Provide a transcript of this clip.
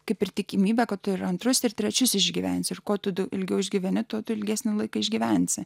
kaip ir tikimybė kad ir antrus ir trečius išgyvensi ir ko tu daug ilgiau išgyveni tuo ilgesnį laiką išgyvensi